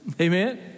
Amen